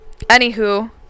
Anywho